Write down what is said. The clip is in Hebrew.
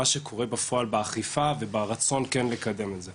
לינואר היה לי גזר דין כולנו היינו במקום טוב יותר.